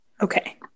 Okay